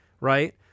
right